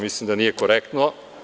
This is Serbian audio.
Mislim da nije korektno.